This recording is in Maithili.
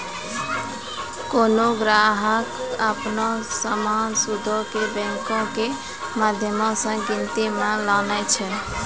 कोनो ग्राहक अपनो जमा सूदो के बैंको के माध्यम से गिनती मे लानै छै